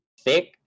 thick